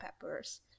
peppers